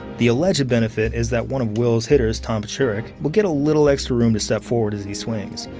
the alleged benefit is that one of wills' hitters, tom paciorek, will get a little extra room to step forward as he swings.